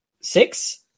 six